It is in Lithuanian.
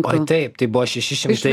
oi taip tai buvo šeši šimtai